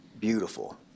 beautiful